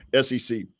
SEC